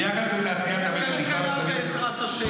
ביחס לתעשיית המלט ----- בעזרת השם,